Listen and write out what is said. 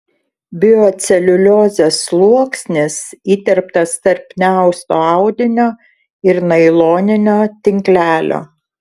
bioceliuliozės sluoksnis įterptas tarp neausto audinio ir nailoninio tinklelio